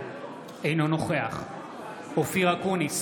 אינו נוכח אופיר אקוניס,